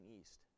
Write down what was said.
east